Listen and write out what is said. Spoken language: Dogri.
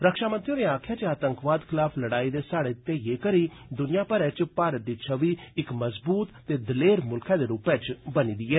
रक्षा मंत्री होरें आक्खेआ जे आतंकवाद खलाफ लड़ाई दे स्हाड़े घेइयै करी दुनिया मरै च भारत दी छवि इक मजबूत ते दलेर मुल्खै दे रूपै च बनी दी ऐ